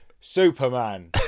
superman